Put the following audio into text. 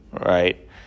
right